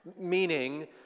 meaning